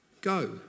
Go